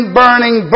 burning